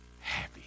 happy